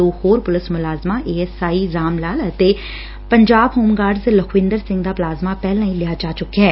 ਦੋ ਹੋਰ police A S I Ramlal ਅਤੇ ਪੰਜਾਬ ਹੋਮ ਗਾਰਡਜ ਲਖਵਿੰਦਰ ਸਿੰਘ ਦਾ ਪਲਾਜ਼ਮਾ ਪਹਿਲਾ ਹੀ ਲਿਆ ਜਾ ਚੁੱਕਿਆ ਏ